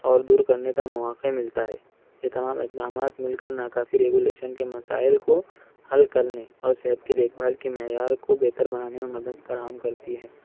اور دور کرنا کا مواقع ملتا ہے یہ تمام اقدامات مل کر ناکافی ریگولیشن کے مسائل کو حل کرنے اور صحت کی دیکھ بھال کے معیار کو بہتر بنانے میں مدد فراہم کرتی ہے